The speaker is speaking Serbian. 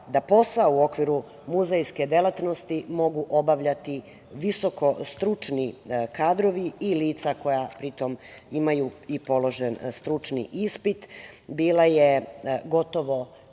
da posao u okviru muzejske delatnosti mogu obavljati visoko stručni kadrovi i lica koja imaju i položen stručni ispit, bila je gotovo